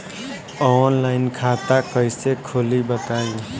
Online खाता कइसे खोली बताई?